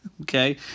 Okay